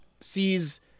sees